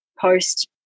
post